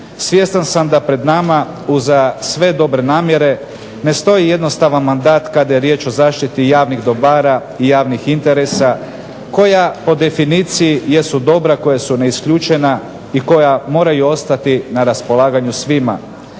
Svjestan sam da pred nama uza sve dobre namjere ne stoji jednostavan mandat kada je riječ o zaštiti javnih dobara i javnih interesa koja po definiciji jesu dobra koja su neisključena i koja moraju ostati na raspolaganju svima.